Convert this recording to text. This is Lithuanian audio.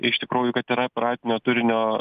iš tikrųjų kad yra piratinio turinio